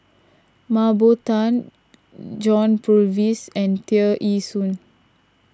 Mah Bow Tan John Purvis and Tear Ee Soon